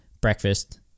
Breakfast